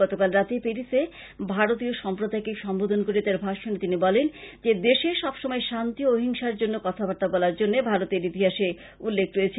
গতকাল রাতে পেরিসে ভারতীয় সম্প্রদায়কে সম্বোধন করে তার ভাষনে তিনি বলেন যে দেশে সবসময় শান্তি ও অহিংসার জন্য কথাবার্তা বলার জন্য ভারতের ইতিহাসে উল্লেখ রয়েছে